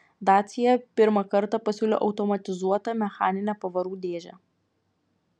dacia pirmą kartą pasiūlė automatizuotą mechaninę pavarų dėžę